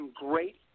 great